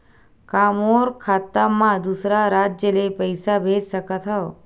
का मोर खाता म दूसरा राज्य ले पईसा भेज सकथव?